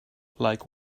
like